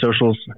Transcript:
socials